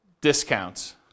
discounts